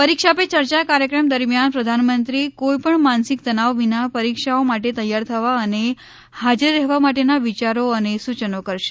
પરીક્ષા પે ચર્ચા કાર્યક્રમ દરમિયાન પ્રધાનમંત્રી કોઈપણ માનસિક તનાવ વિના પરીક્ષાઓ માટે તૈયાર થવા અને હાજર રહેવા માટેના વિયારો અને સૂચનો કરશે